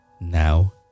Now